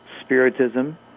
spiritism